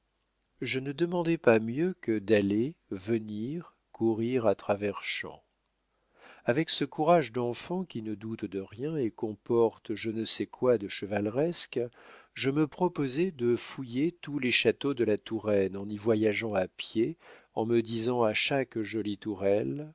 je ne demandais pas mieux que d'aller venir courir à travers champs avec ce courage d'enfant qui ne doute de rien et comporte je ne sais quoi de chevaleresque je me proposais de fouiller tous les châteaux de la touraine en y voyageant à pied en me disant à chaque jolie tourelle